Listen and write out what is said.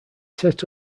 set